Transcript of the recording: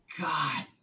god